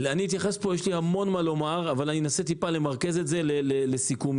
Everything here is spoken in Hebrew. יש לי המון לומר אבל אנסה למרכז את זה לסיכומים.